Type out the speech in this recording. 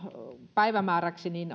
päivämääräksi